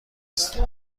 است